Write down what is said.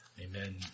Amen